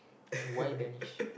why Danish